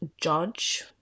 judge